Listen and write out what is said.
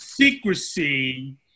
Secrecy